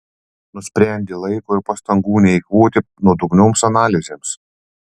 nusprendė laiko ir pastangų neeikvoti nuodugnioms analizėms